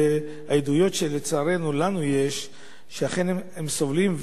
והעדויות שלצערנו יש לנו הן שאכן הם סובלים.